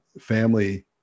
family